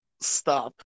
Stop